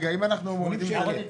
אם אנחנו מורידים ל-100 שקלים,